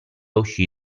uscì